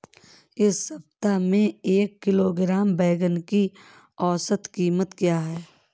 इस सप्ताह में एक किलोग्राम बैंगन की औसत क़ीमत क्या है?